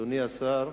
אדוני השר,